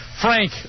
Frank